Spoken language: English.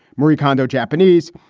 marie kondo japanese.